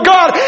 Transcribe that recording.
God